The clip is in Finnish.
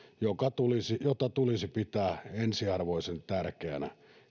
jota tulisi pitää ensiarvoisen tärkeänä